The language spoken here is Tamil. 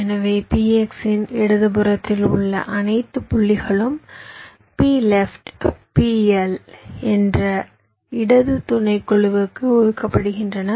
எனவே P x இன் இடதுபுறத்தில் உள்ள அனைத்து புள்ளிகளும் P left P L என்ற இடது துணைக்குழுவுக்கு ஒதுக்கப்படுகின்றன